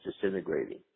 disintegrating